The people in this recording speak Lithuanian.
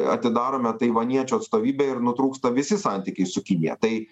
atidarome taivaniečių atstovybę ir nutrūksta visi santykiai su kinija tai